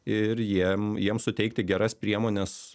ir jiem jiem suteikti geras priemones